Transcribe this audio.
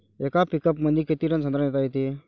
येका पिकअपमंदी किती टन संत्रा नेता येते?